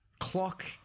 clock